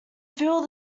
feel